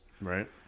Right